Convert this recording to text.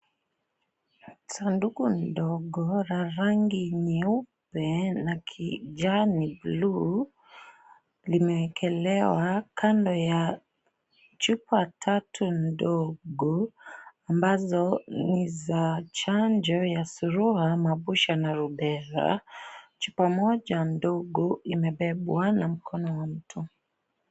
Sanduku ni ndogo la rangi nyeupe na kijani buluu limewekelewa kando ya chupa tatu ndogo ambazo ni za chanjo ya surua ,mabusha na rubela ,chupa moja ndogo imebebwa na mkono wa mtu.